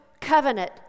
covenant